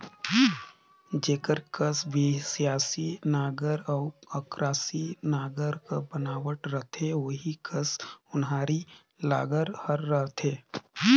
जेकर कस बियासी नांगर अउ अकरासी नागर कर बनावट रहथे ओही कस ओन्हारी नागर हर रहथे